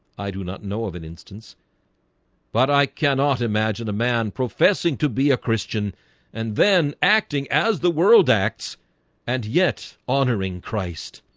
i do not know of an instance but i cannot imagine a man professing to be a christian and then acting as the world acts and yet honoring christ